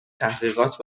تحقیقات